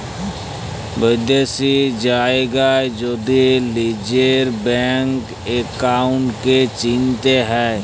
বিদ্যাশি জায়গার যদি লিজের ব্যাংক একাউল্টকে চিলতে হ্যয়